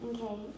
Okay